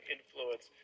Influence